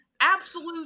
absolute